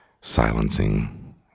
silencing